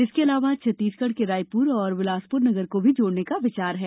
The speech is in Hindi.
इसके अलावा छत्तीसगढ़ के रायपुर एवं बिलासपुर नगर को जोड़ने का भी विचार है